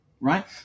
right